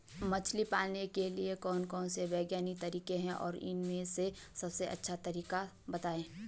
मछली पालन के लिए कौन कौन से वैज्ञानिक तरीके हैं और उन में से सबसे अच्छा तरीका बतायें?